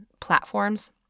platforms